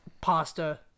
pasta